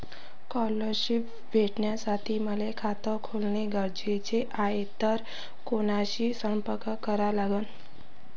Scholarship भेटासाठी मले खात खोलने गरजेचे हाय तर कुणाशी संपर्क करा लागन?